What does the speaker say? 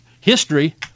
history